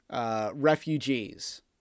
refugees